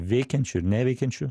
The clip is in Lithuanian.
veikiančių ir neveikiančių